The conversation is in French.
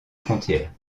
frontière